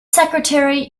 secretary